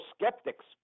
skeptics